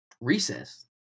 recess